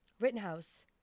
Rittenhouse